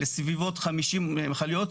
לסביבות 50 מכליות,